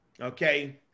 Okay